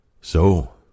So